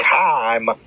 time